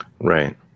Right